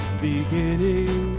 beginning